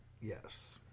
Yes